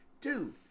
dude